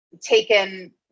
taken